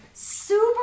Super